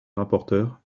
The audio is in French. rapporteurs